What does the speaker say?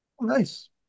Nice